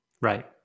Right